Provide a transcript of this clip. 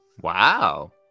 Wow